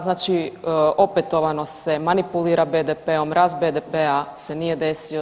Znači opetovano se manipulira BDP-om, rast BDP-a se nije desio.